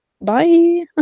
Bye